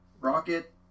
Rocket